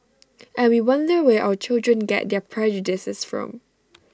and we wonder where our children get their prejudices from